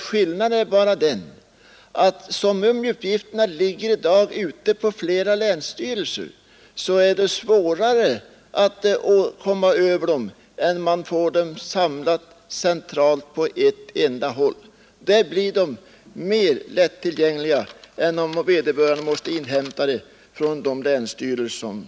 Ja, skillnaden är den, herr Brandt, att så som uppgifterna nu finns tillgängliga ute hos ett flertal länsstyrelser är de svårare att samla in, än om man får dem samlade centralt på ett ställe. Då blir uppgifterna mera lättillgängliga än om man måste inhämta dem hos flera länsstyrelser.